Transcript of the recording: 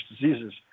Diseases